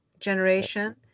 generation